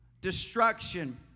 destruction